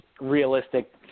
realistic